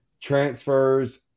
transfers